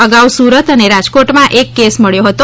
અગાઉ સૂરત અને રાજકોટમાં એક કેસ મળ્યો હતો